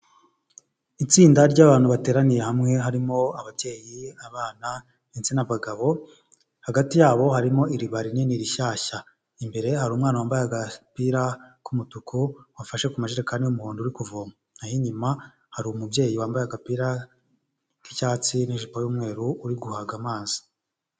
Itsinda ry'abantu bateraniye hamwe harimo ababyeyi, abana ndetse n'abagabo, hagati yabo harimo iriba rinini rishyashya, imbere ye hari umwana wambaye agapira k'umutuku wafashe ku majerekani uri kuvoma, na ho imyuma hari umubye wambaye agapira k'icyatsi n'ijimbo y'umweru uri guhaga amazi.